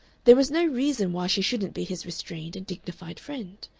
there was no reason why she shouldn't be his restrained and dignified friend.